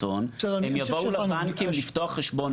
הון הם יבואו לבנקים לפתוח חשבון בנק,